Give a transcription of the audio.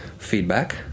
Feedback